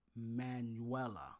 Manuela